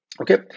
Okay